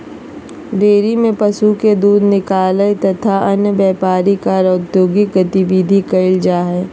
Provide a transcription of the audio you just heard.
dairy में पशु के दूध निकालल तथा अन्य व्यापारिक आर औद्योगिक गतिविधि कईल जा हई